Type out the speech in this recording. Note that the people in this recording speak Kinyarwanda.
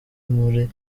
muri